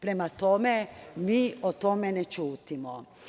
Prema tome, mi o tome ne ćutimo.